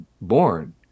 born